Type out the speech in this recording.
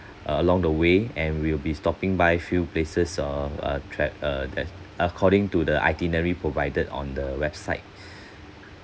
along the way and we'll be stopping by few places um a tra~ uh that according to the itinerary provided on the website